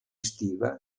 estiva